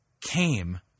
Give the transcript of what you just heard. came